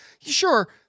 Sure